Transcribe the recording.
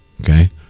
Okay